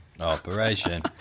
Operation